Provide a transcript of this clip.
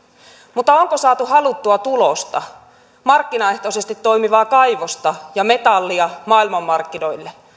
mutta onko saatu haluttua tulosta markkinaehtoisesti toimivaa kaivosta ja metallia maailmanmarkkinoille